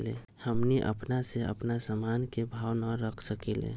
हमनी अपना से अपना सामन के भाव न रख सकींले?